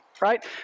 right